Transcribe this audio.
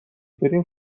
بریم